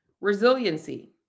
Resiliency